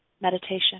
meditation